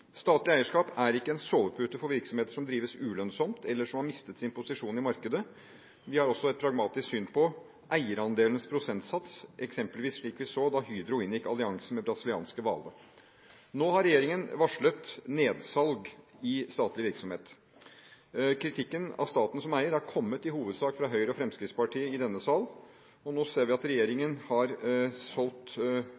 ulønnsomt, eller som har mistet sin posisjon i markedet. Vi har også et pragmatisk syn på eierandelens prosentsats, eksempelvis slik vi så da Hydro inngikk allianse med brasilianske Vale. Nå har regjeringen varslet nedsalg i statlig virksomhet. Kritikken av staten som eier har kommet i hovedsak fra Høyre og Fremskrittspartiet i denne sal, og nå ser vi at